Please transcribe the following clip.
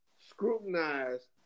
scrutinized